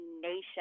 nation